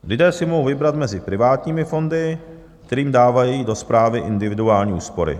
Lidé si mohou vybrat mezi privátními fondy, kterým dávají do správy individuální úspory.